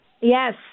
Yes